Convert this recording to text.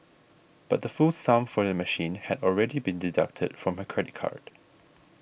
but the full sum for a machine had already been deducted from her credit card